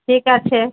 ঠিক আছে